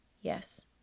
Yes